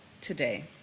today